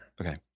okay